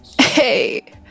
Hey